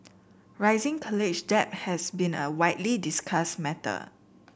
rising college debt has been a widely discussed matter